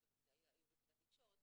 היו בכיתת תקשורת,